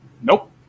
Nope